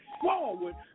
forward